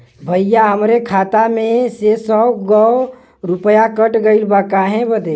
भईया हमरे खाता मे से सौ गो रूपया कट गइल बा काहे बदे?